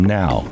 now